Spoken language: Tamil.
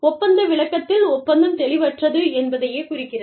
ஒப்பந்த விளக்கத்தில் ஒப்பந்தம் தெளிவற்றது என்பதையே குறிக்கிறது